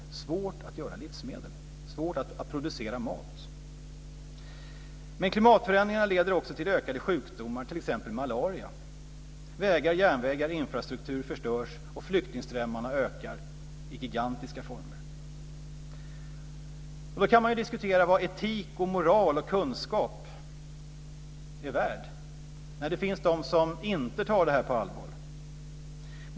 Det blir svårt att göra livsmedel, svårt att producera mat. Men klimatförändringarna leder också till en ökning av sjukdomar, t.ex. malaria. Vägar, järnvägar och annan infrastruktur förstörs och flyktingströmmarna ökar i gigantisk omfattning. Man kan ju diskutera vad etik, moral och kunskap är värt när det finns de som inte tar det här på allvar.